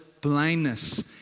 blindness